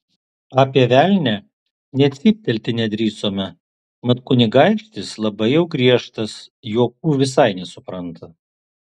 apie velnią nė cyptelėti nedrįsome mat kunigaikštis labai jau griežtas juokų visai nesupranta